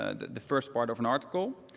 ah the the first part of an article.